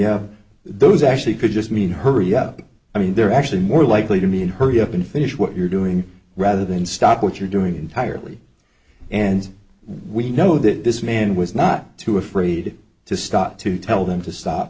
holding those actually could just mean hurry up i mean they're actually more likely to mean hurry up and finish what you're doing rather than stop what you're doing entirely and we know that this man was not too afraid to stop to tell them to stop